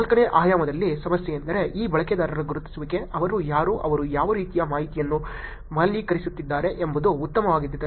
ನಾಲ್ಕನೇ ಆಯಾಮದಲ್ಲಿ ಸಮಸ್ಯೆಯೆಂದರೆ ಈ ಬಳಕೆದಾರರ ಗುರುತಿಸುವಿಕೆ ಅವರು ಯಾರು ಅವರು ಯಾವ ರೀತಿಯ ಮಾಹಿತಿಯನ್ನು ಮೌಲ್ಯೀಕರಿಸುತ್ತಿದ್ದಾರೆ ಎಂಬುದೂ ಉತ್ತಮವಾಗುತ್ತಿದೆ